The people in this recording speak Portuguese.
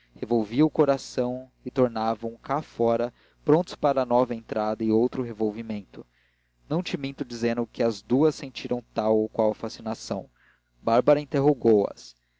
revolviam o coração e tornavam cá fora prontos para nova entrada e outro revolvimento não te minto dizendo que as duas sentiram tal ou qual fascinação bárbara interrogou as